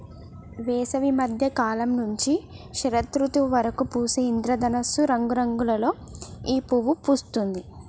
వేసవి మద్య కాలం నుంచి శరదృతువు వరకు పూసే ఇంద్రధనస్సు రంగులలో ఈ పువ్వు పూస్తుంది